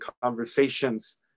conversations